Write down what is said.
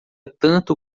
tanto